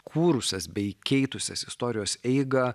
kūrusias bei keitusias istorijos eigą